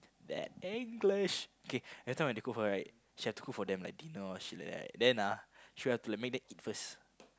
that English okay every time when they cook for her right she have to cook for them like dinner or like shit right then ah she has to let them eat first